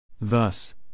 Thus